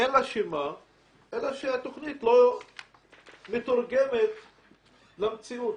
אלא שהתוכנית לא מתורגמת למציאות.